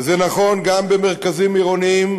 שזה נכון גם במרכזים עירוניים,